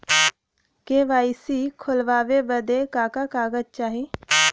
KYC खोलवावे बदे का का कागज चाही?